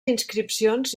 inscripcions